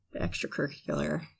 extracurricular